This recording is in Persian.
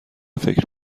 فکر